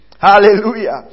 Hallelujah